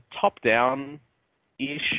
top-down-ish